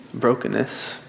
brokenness